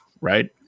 right